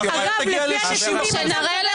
אגב, לפי הנתונים אתה מדבר הרבה.